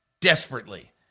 desperately